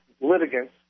litigants